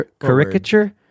caricature